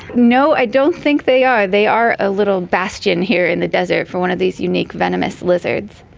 no, i don't think they are, they are a little bastion here in the desert, for one of these unique venomous lizards.